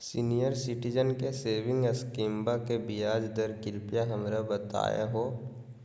senior citizen के saving स्कीमवा के ब्याज दर कृपया हमरा बताहो